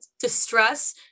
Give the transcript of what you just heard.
distress